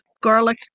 garlic